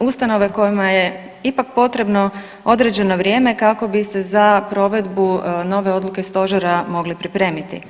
ustanove kojima je ipak potrebno određeno vrijeme kako bi se za provedbu nove odluke stožera mogli pripremiti.